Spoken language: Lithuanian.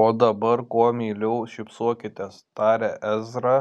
o dabar kuo meiliau šypsokitės tarė ezra